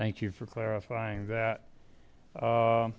thank you for clarifying that u